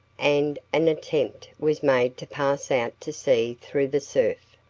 and an attempt was made to pass out to sea through the surf,